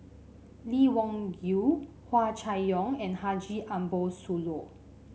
Lee Wung Yew Hua Chai Yong and Haji Ambo Sooloh